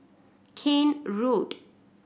Keene Road